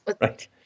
right